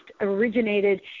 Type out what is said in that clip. originated